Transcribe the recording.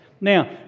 now